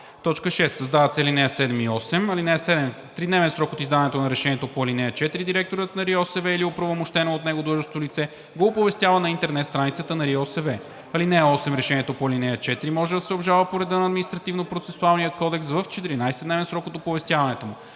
6. Създават се ал. 7 и 8: „(7) В 3-дневен срок от издаването на решението по ал. 4 директорът на РИОСВ или оправомощено от него длъжностно лице го оповестява на интернет страницата на РИОСВ. (8) Решението по ал. 4 може да се обжалва по реда на Административнопроцесуалния кодекс в 14-дневен срок от оповестяването му.“